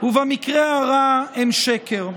ובמקרה הרע הם שקר.